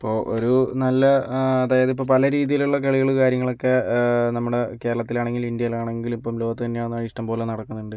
ഇപ്പോൾ ഒരു നല്ല അതായത് ഇപ്പം പല രീതിയിലുള്ള കളികൾ കാര്യങ്ങളൊക്കെ നമ്മുടെ കേരളത്തിലാണെങ്കിലും ഇന്ത്യയിൽ ആണെങ്കിലും ഇപ്പോൾ ലോകത്ത് തന്നെയാണേ ഇഷ്ടംപോലെ നടക്കുന്നുണ്ട്